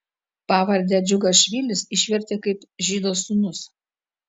pavardę džiugašvilis išvertė kaip žydo sūnus